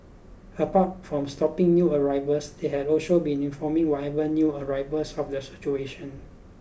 apart from stopping new arrivals they had also been informing whatever new arrivals of the situation